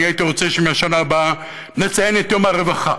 אני הייתי רוצה שמהשנה הבאה נציין את יום הרווחה,